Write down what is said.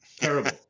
terrible